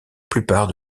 plupart